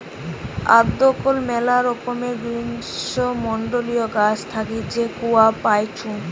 আদৌক মেলা রকমের গ্রীষ্মমন্ডলীয় গাছ থাকি যে কূয়া পাইচুঙ